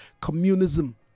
communism